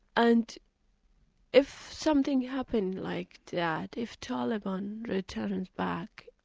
and if something happened like that, if taliban returns back,